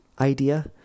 idea